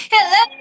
Hello